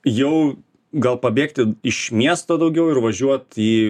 jau gal pabėgti iš miesto daugiau ir važiuot į